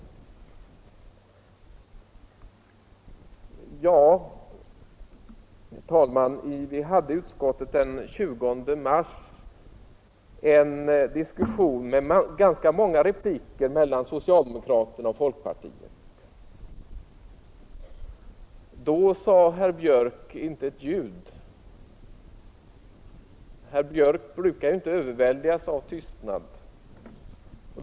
Herr talman! Vi hade i utskottet den 20 mars en diskussion med ganska många repliker mellan socialdemokraterna och folkpartiet. Då sade herr Björck i Nässjö inte ett ljud. Herr Björck brukar ju inte överväldigas av tystnad.